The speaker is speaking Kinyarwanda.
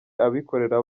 abikorera